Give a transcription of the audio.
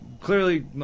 clearly